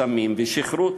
סמים ושכרות.